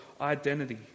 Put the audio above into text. identity